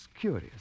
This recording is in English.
curious